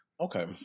Okay